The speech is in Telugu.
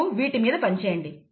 మీరు వీటి మీద పని చేయండి